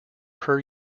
per